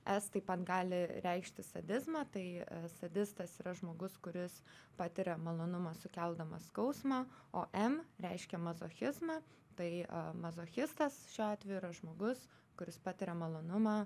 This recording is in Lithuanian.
s taip pat gali reikšti sadizmą tai sadistas yra žmogus kuris patiria malonumą sukeldamas skausmą o m reiškia mazochizmą tai mazochistas šiuo atveju yra žmogus kuris patiria malonumą